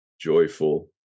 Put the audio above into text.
joyful